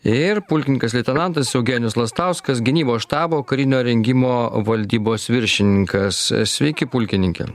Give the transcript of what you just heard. ir pulkininkas leitenantas eugenijus lastauskas gynybos štabo karinio rengimo valdybos viršininkas sveiki pulkininke